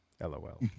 LOL